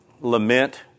lament